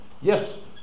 Yes